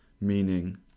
meaning